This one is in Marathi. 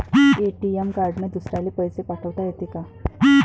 ए.टी.एम कार्डने दुसऱ्याले पैसे पाठोता येते का?